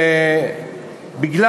מפני